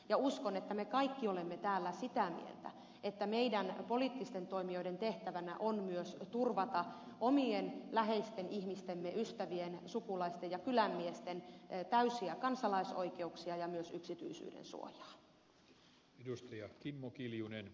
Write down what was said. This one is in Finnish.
ja uskon että me kaikki olemme täällä sitä mieltä että meidän poliittisten toimijoiden tehtävänä on myös turvata omien läheisten ihmistemme ystävien sukulaisten ja kylänmiesten täysiä kansalaisoikeuksia ja myös yksityisyyden suojaa